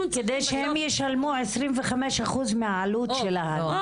כדי שהם ישלמו 25% מהעלות שלהם.